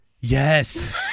Yes